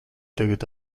tagad